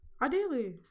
Ideally